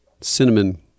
Cinnamon